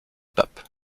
pape